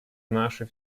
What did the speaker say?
нашей